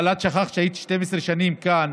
אבל את שכחת שהיית 12 שנים כאן,